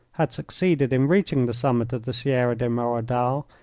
had succeeded in reaching the summit of the sierra de merodal,